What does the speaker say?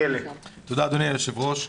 תודה, אדוני היושב-ראש.